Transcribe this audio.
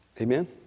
Amen